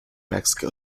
mexico